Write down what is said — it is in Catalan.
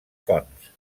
fonts